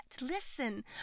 listen